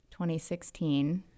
2016